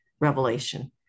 revelation